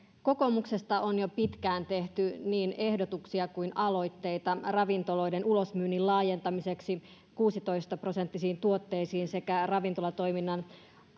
kokoomuksesta on jo pitkään tehty niin ehdotuksia kuin aloitteita ravintoloiden ulosmyynnin laajentamiseksi kuusitoista prosenttisiin tuotteisiin sekä ravintolatoiminnan